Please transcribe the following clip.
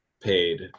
paid